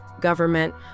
government